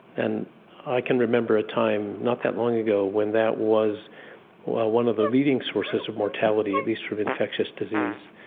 and i can remember a time not that long ago when that was one of the leading sources of mortality, at least for infectious disease.